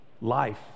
life